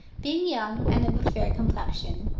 being young and of a fair complexion.